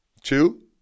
Two